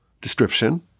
description